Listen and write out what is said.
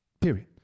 Period